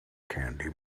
candy